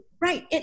Right